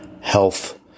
health